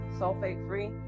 sulfate-free